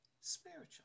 spiritual